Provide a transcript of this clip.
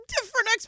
different